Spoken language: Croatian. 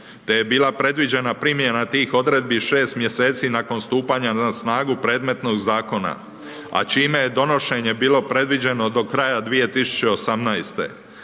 te je bila predviđena primjena tih odredbi 6 mjeseci nakon stupanja na snagu predmetnog zakona, a čime je donošenje bilo predviđeno do kraja 2018.